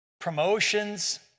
promotions